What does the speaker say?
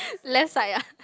left side ah